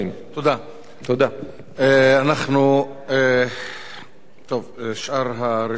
טוב, שאר הרשומים כמסתייגים